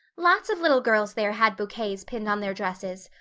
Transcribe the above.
lots of little girls there had bouquets pinned on their dresses.